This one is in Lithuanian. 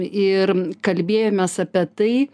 ir kalbėjomės apie tai